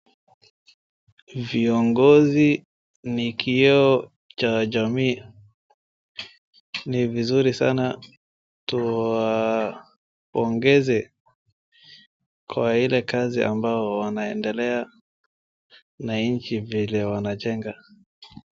Viongozi ni kioo cha jamii. Ni vizuri sana tuwapongeze kwa ile kazi ambao wanaendelea, na nchi vile wanajenga.